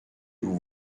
vous